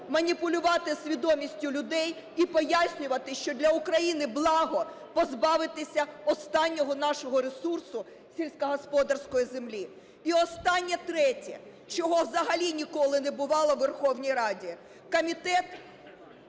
маніпулювати свідомістю людей і пояснювати, що для України благо позбавитися останнього нашого ресурсу - сільськогосподарської землі. І останнє, третє, Чого взагалі ніколи не бувало в Верховній Раді.